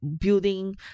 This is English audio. building